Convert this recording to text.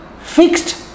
fixed